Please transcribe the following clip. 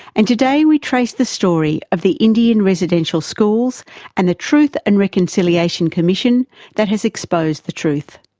and today we trace the story of the indian residential schools and the truth and reconciliation commission that has exposed the truth.